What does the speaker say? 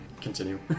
Continue